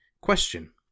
Question